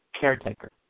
caretaker